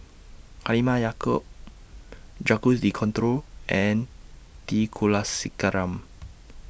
Halimah Yacob Jacques De Coutre and T Kulasekaram